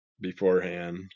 beforehand